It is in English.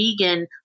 vegan